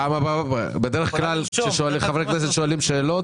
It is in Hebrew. בדרך כלל כשחברי הכנסת שואלים שאלות